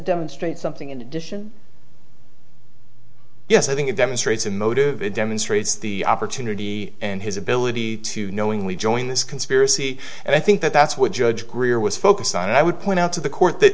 demonstrate something in addition yes i think it demonstrates a motive it demonstrates the opportunity and his ability to knowingly join this conspiracy and i think that that's what judge greer was focused on and i would point out to the court th